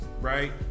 right